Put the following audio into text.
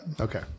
Okay